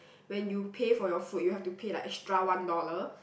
when you pay for your food you have to pay extra one dollar